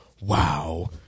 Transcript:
wow